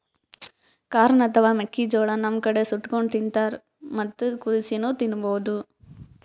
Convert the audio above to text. corn ಅಥವಾ ಮೆಕ್ಕಿಜೋಳಾ ನಮ್ ಕಡಿ ಸುಟ್ಟಕೊಂಡ್ ತಿಂತಾರ್ ಮತ್ತ್ ಕುದಸಿನೂ ತಿನ್ಬಹುದ್